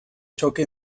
choque